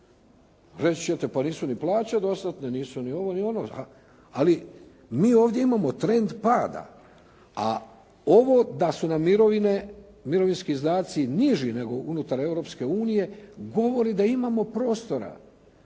Reći ćete, pa nisu ni plaće dostatne, nisu ni ovo, ni ono. Ali mi ovdje imamo trend pada, a ovo da su nam mirovine i mirovinski izdaci niži nego unutar Europske unije, govori da imamo prostora,